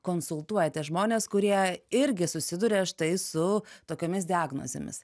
konsultuojate žmones kurie irgi susiduria štai su tokiomis diagnozėmis